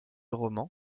roman